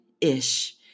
ish